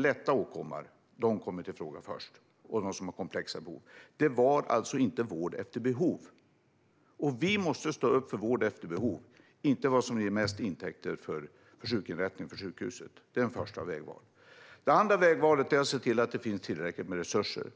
lätta åkommor först kommer i fråga för vård snarare än de som har komplexa behov. Det var alltså inte vård efter behov. Vi måste stå upp för vård efter behov, inte vad som ger mest intäkter för sjukinrättningen eller sjukhuset. Det är första vägvalet. Det andra vägvalet är att se till att det finns tillräckligt med resurser.